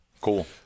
Cool